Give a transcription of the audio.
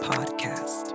Podcast